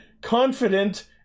confident